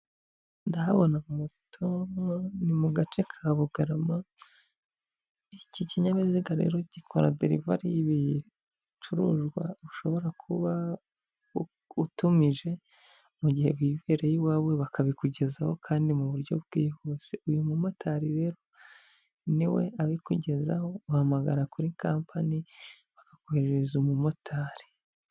Ndahabona moto ni mu gace ka Bugarama, iki kinyabiziga rero gikora delivari y'ibicuruzwa ushobora kuba utumije mu gihe wibereye iwawe bakabikugezaho kandi mu buryo bwihuse. Uyu mumotari rero niwe abikugezaho, uhamagara kuri kampani bakakoherereza umumotari.